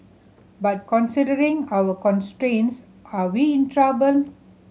but considering our constraints are we in trouble